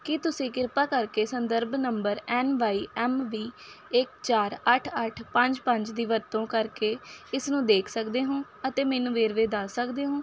ਕੀ ਤੁਸੀਂ ਕਿਰਪਾ ਕਰਕੇ ਸੰਦਰਭ number N Y M B ਇੱਕ ਚਾਰ ਅੱਠ ਅੱਠ ਪੰਜ ਪੰਜ ਦੀ ਵਰਤੋਂ ਕਰਕੇ ਇਸ ਨੂੰ ਦੇਖ ਸਕਦੇ ਹੋ ਅਤੇ ਮੈਨੂੰ ਵੇਰਵੇ ਦੱਸ ਸਕਦੇ ਹੋ